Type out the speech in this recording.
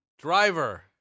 Driver